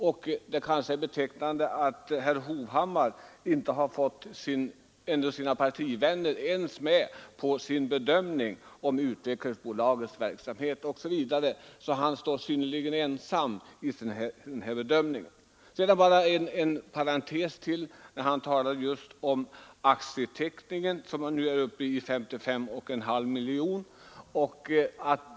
Det är kanske betecknande att herr Hovhammar inte ens har fått sina partivänner med på sin bedömning av Utvecklingsbolagets verksamhet och att han står mycket ensam om denna bedömning. Sedan bara en parentes. Han talade om aktieteckningen, som nu är uppe i 55,5 miljoner kronor.